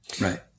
right